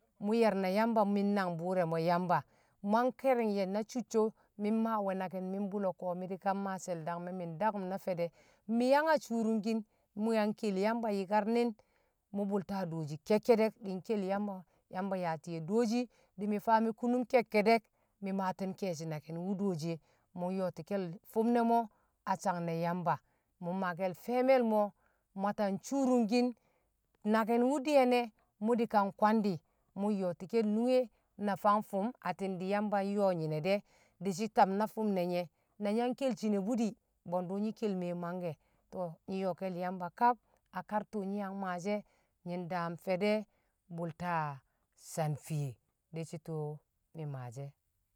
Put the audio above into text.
Mu ye̱r na yamba mi̱ nangbur re̱ mo yamba wman ke̱ri̱ng ye̱ na cicco mi̱ mmaawe̱ naki̱n mi̱ mbulo̱ ko̱ mi̱ di̱kan maa she̱l dangme̱ mi̱ dakum na fe̱de̱ mi̱ yang a curungkin mu̱ yang kel yamba yi̱karni̱n mu bulla dooshi ke̱kke̱de̱k di̱ nki̱l yamba, yamba yaati̱ ye̱ dooshi di̱ faa mi̱ kunum ke̱kke̱de̱k mi̱ maati̱n ke̱e̱shi̱ naki̱n wu dooshi e̱, mu yo̱o̱ti̱ke̱l fi̱m ne̱ mo̱ a sang ne̱ yamba mu maake̱l fe̱e̱me̱l mo̱ Mwata curungkin naki̱n nakin wu di̱ye̱n e̱ mu di̱kan kwandi̱ mu yo̱o̱ti̱ke̱l nunge na fang fi̱m atti̱n di̱ yamba yo̱o̱ nyine̱ de̱ di̱shi̱ tam na fi̱m ne̱nye̱ na nyi̱yang kel shi̱ne̱ bu di̱ bwe̱ndu nyi̱ kelum e mangke̱ to nyi̱n yo̱o̱ke̱l yamba kab a kar tuu nyi̱ yang maashi̱ e̱ nyi̱ nakam fe̱de̱ bulta san fiye di̱shi̱ tu̱ mi̱ maashi̱ e̱